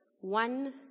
one